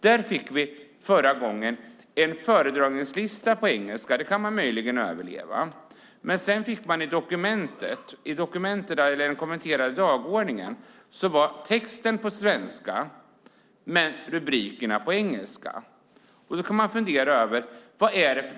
Där fick vi förra gången en föredragningslista på engelska. Det kan man möjligen överleva. Men i den kommenterade dagordningen var texten på svenska men rubrikerna på engelska.